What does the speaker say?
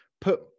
put